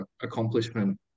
accomplishment